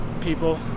People